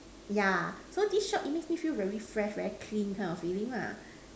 yeah so these shop it makes me feel very fresh very clean kind of feeling lah